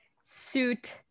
suit